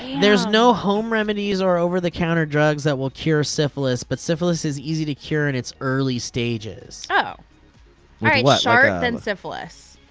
there's no home remedies or over the counter drugs that will cure syphilis, but syphilis is easy to cure in its early stages. oh, all right, shart then syphilis.